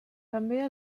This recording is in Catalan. també